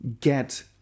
get